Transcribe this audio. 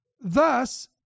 Thus